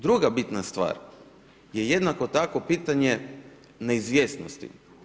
Druga bitna stvar je jednako tako pitanje neizvjesnosti.